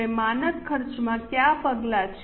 હવે માનક ખર્ચમાં કયા પગલાં છે